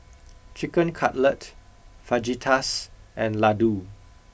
chicken cutlet fajitas and ladoo